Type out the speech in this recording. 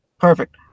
Perfect